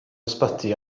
ysbyty